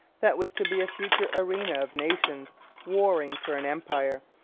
that was to be a future arena of nations warring for an empire,